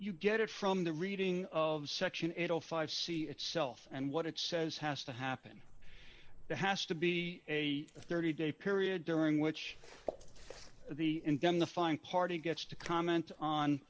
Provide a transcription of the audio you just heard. you get it from the reading of section eight o five c itself and what it says has to happen there has to be a thirty day period during which the and then the fine party gets to comment